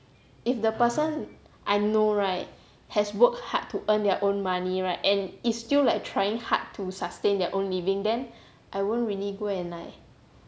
if the person I know right has worked hard to earn their own money right and is still like trying hard to sustain their own living then I won't really go and like